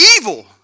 evil